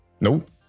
Nope